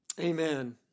Amen